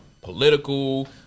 political